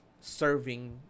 serving